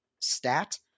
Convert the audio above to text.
stat